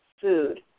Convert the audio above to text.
food